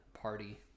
party